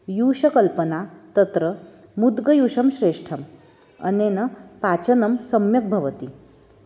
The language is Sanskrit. यूषकल्पना तत्र मुद्गयूषं श्रेष्ठम् अनेन पाचनं सम्यक् भवति